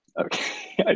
Okay